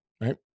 right